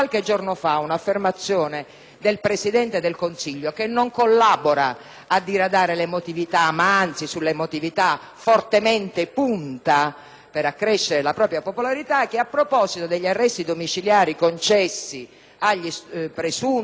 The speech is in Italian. del Presidente del Consiglio che non collabora a diradare l'emotività ma, anzi, sull'emotività fortemente punta per accrescere la propria popolarità. A proposito degli arresti domiciliari concessi ai presunti stupratori di Guidonia